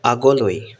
আগলৈ